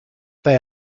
they